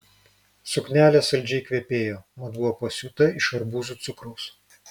suknelė saldžiai kvepėjo mat buvo pasiūta iš arbūzų cukraus